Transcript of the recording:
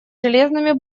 железными